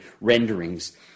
renderings